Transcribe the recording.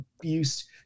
abuse